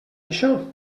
això